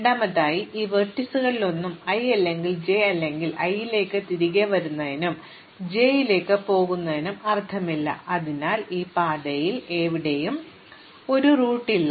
രണ്ടാമതായി ഈ വെർട്ടീസുകളൊന്നും i അല്ലെങ്കിൽ j അല്ല i ലേക്ക് തിരികെ വരുന്നതിനും j ലേക്ക് പോകുന്നതിനും അർത്ഥമില്ല അതിനാൽ ഈ പാതയിൽ എവിടെയും ഒരു റൂട്ടും ഇല്ല